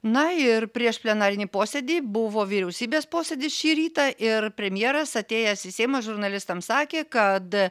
na ir prieš plenarinį posėdį buvo vyriausybės posėdis šį rytą ir premjeras atėjęs į seimą žurnalistams sakė kad